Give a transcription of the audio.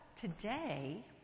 today